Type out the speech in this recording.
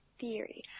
theory